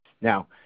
Now